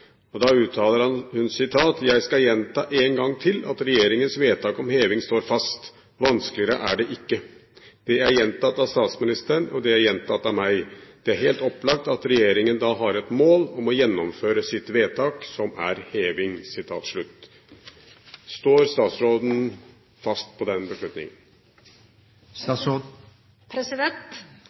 fjor. Da uttaler hun: «Jeg skal gjenta én gang til at regjeringens vedtak om heving står fast. Vanskeligere er det ikke. Det er gjentatt av statsministeren, det er gjentatt av meg. Det er helt opplagt at regjeringen da har et mål om å gjennomføre sitt vedtak, som er heving.» Står statsråden fast på den beslutningen?